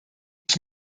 ich